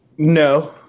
No